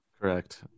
Correct